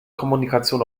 kommunikation